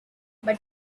but